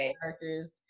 characters